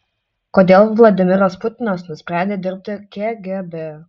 kodėl vladimiras putinas nusprendė dirbti kgb